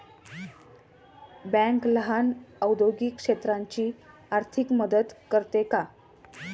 Bank लहान औद्योगिक क्षेत्राची आर्थिक मदत करते का?